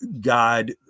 god